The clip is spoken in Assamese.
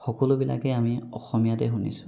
সকলোবিলাকে আমি অসমীয়াতে শুনিছোঁ